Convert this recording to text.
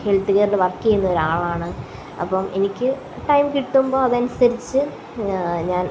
health കെയർല് work ചെയ്യുന്ന ഒരാളായിരുന്നു അപ്പം എനിക്ക് ടൈം കിട്ടുമ്പോൾ അതിനനുസരിച്ച് ഞാൻ